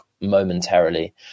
momentarily